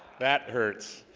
that hurts